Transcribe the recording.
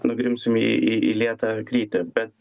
nugrimsim į į į lėtą krytį bet